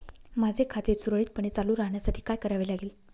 माझे खाते सुरळीतपणे चालू राहण्यासाठी काय करावे लागेल?